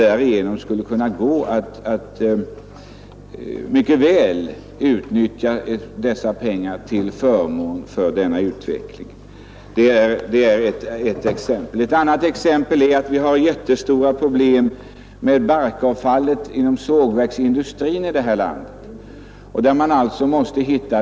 Därigenom skulle STU:s medel kunna utnyttjas mycket mer effektivt för att främja utvecklingen. Ett annat exempel är att vi har jättestora problem med barkavfallet inom sågverksindustrin här i landet, och där måste vi söka hitta lösningar.